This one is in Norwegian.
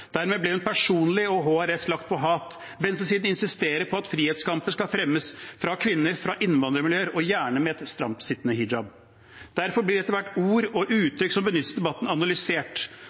Dermed ble hun personlig og HRS lagt for hat. Venstresiden insisterer på at frihetskampen skal fremmes av kvinner fra innvandrermiljøer, gjerne med en stramtsittende hijab. Derfor blir etter hvert ord og uttrykk som benyttes i debatten, analysert.